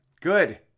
Good